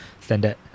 standard